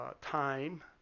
Time